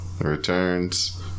returns